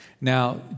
Now